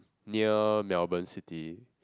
near Melbourne city